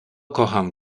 kocham